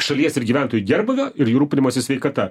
šalies ir gyventojų gerbūvio ir jų rūpinimosi sveikata